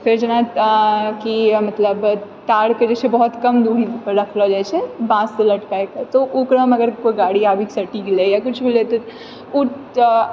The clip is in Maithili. फेर जेना कि मतलब तारके जे छै बहुत कम दूरीपर रखलो जाइ छै बाँससँ लटकाय कऽ तऽ ओकरोमे अगर कोइ गाड़ी आबीके सटी गेलै या कुछ होलै तऽ उ